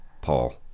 Paul